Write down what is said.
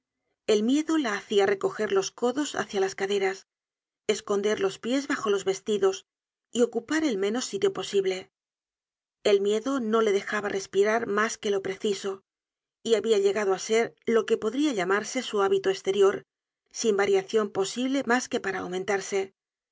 el miedo la hacia recoger los codos bácia las caderas esconder los pies bajo los vestidos y ocupar el menor sitio posible el miedo rio le dejaba respirar mas que lo preciso y habia llegado á ser lo que podria llamarse su hábito esterior sin variacion posible mas que para aumentarse